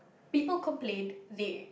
people complain they